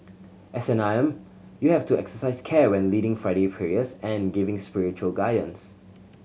as an imam you have to exercise care when leading Friday prayers and giving spiritual guidance